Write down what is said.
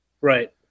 Right